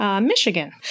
Michigan